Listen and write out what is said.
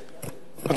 כץ.